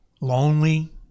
lonely